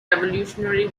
revolutionary